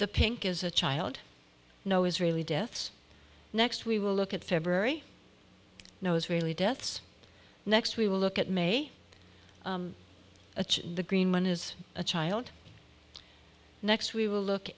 the pink is a child no israeli deaths next we will look at february no israeli deaths next we will look at may achieve the green one as a child next we will look